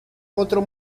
otro